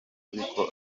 ariko